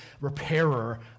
repairer